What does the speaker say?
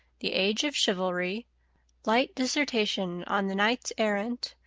the age of chivalry light dissertation on the knights-errant,